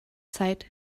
zeit